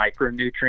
micronutrients